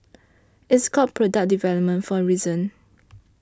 it's called product development for a reason